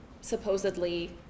supposedly